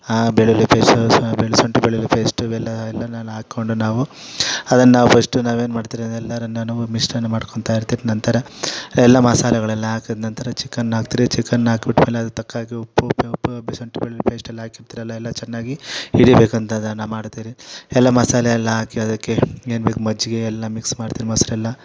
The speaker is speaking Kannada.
ಆ ಬೆಳ್ಳುಳ್ಳಿ ಪೇಸ್ಟ್ ಶುಂಠಿ ಬೆಳ್ಳುಳ್ಳಿ ಪೇಸ್ಟ್ ಇವೆಲ್ಲ ಎಲ್ಲ ನಾನು ಹಾಕ್ಕೊಂಡು ನಾವು ಅದನ್ನು ಫಸ್ಟ್ ನಾವು ಏನು ಮಾಡ್ತೀರಿ ಅಂದರೆ ಅದೆಲ್ಲರನ್ನನೂ ಮಿಶ್ರಣ ಮಾಡ್ಕೊಳ್ತಾ ಇರ್ತೀವಿ ನಂತರ ಎಲ್ಲ ಮಸಾಲೆಗಳೆಲ್ಲ ಹಾಕಿದ ನಂತರ ಚಿಕನ್ ಹಾಕ್ತಾರೆ ಚಿಕನ್ ಹಾಕಿಬಿಟ್ಟು ಆಮೇಲೆ ಅದಕ್ಕೆ ತಕ್ಕ ಹಾಗೆ ಉಪ್ಪು ಶುಂಠಿ ಬೆಳ್ಳುಳ್ಳಿ ಪೇಸ್ಟ್ ಎಲ್ಲ ಹಾಕಿರ್ತಾರೆ ಎಲ್ಲ ಎಲ್ಲ ಚೆನ್ನಾಗಿ ಹಿಡಿಬೇಕಂತ ಅದನ್ನು ಮಾಡ್ತೀರಿ ಎಲ್ಲ ಮಸಾಲೆಯೆಲ್ಲ ಹಾಕಿ ಅದಕ್ಕೆ ಏನು ಬೇಕು ಮಜ್ಜಿಗೆಯೆಲ್ಲ ಮಿಕ್ಸ್ ಮಾಡ್ತೀವಿ ಮೊಸರೆಲ್ಲ